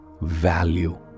value